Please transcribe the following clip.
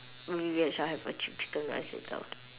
maybe w~ I'll have a chi~ chicken rice later